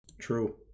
True